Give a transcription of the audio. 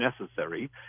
necessary